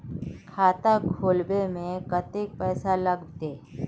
खाता खोलबे में कते पैसा लगते?